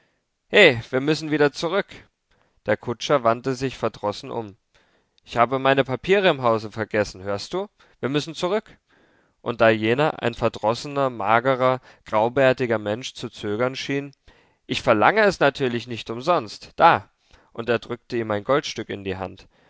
he wir müssen wieder zurück der kutscher wandte sich verdrossen um ich habe meine papiere im hause vergessen hörst du wir müssen zurück und da jener ein verdrossener magerer graubärtiger mensch zu zögern schien ich verlange es natürlich nicht umsonst da und er drückte ihm ein goldstück in die hand